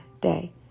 day